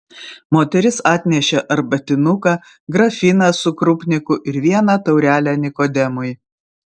moteris atnešė arbatinuką grafiną su krupniku ir vieną taurelę nikodemui